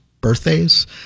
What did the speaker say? birthdays